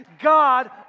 God